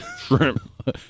Shrimp